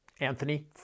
Anthony